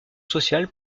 sociale